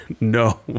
No